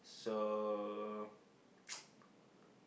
so